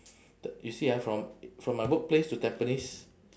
t~ you see ah from from my workplace to tampines